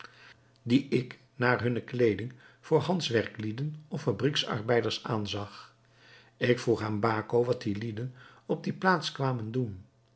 die ik naar hunne kleeding voor handwerkslieden of fabriekarbeiders aanzag ik vroeg aan baco wat die lieden op die plaats kwamen doen